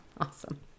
Awesome